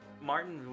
Martin